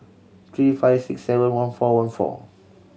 three five six seven one four one four